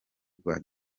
rwa